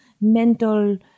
mental